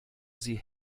sie